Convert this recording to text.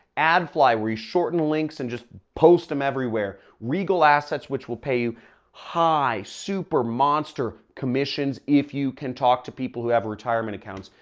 adfly, we shortened links and just post them everywhere. regal assets which will pay you high super-monster commissions if you can talk to people who have retirement accounts.